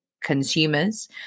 consumers